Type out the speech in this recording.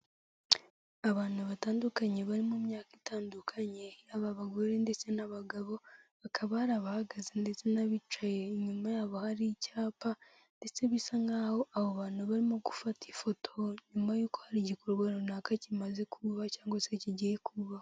Abantu batandukanye bari mu myaka itandukanye aba bagore ndetse n'abagabo bakaba barabahagaze ndetse n'abicaye inyuma yabo hari icyapa ndetse bisa nk'aho aho abo bantu barimo gufata ifoto nyuma y'uko hari igikorwa runaka kimaze kuba cyangwa se kigiye kuba.